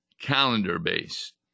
calendar-based